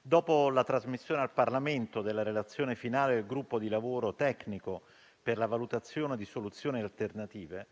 dopo la trasmissione al Parlamento della relazione finale del gruppo di lavoro tecnico per la valutazione di soluzioni alternative,